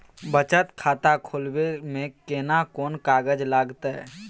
बचत खाता खोलबै में केना कोन कागज लागतै?